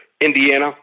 Indiana